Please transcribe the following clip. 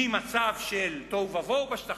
ממצב של תוהו ובוהו בשטחים,